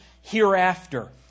hereafter